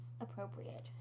appropriate